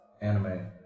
anime